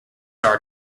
are